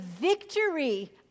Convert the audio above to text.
victory